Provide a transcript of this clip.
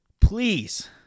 Please